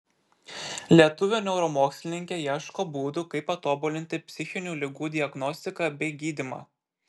lietuvė neuromokslininkė ieško būdų kaip patobulinti psichinių ligų diagnostiką bei gydymą